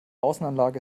außenanlage